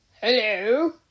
Hello